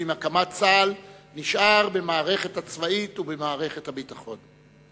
ועם הקמת צה"ל נשאר במערכת הצבאית ובמערכת הביטחון.